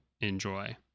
enjoy